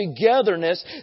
togetherness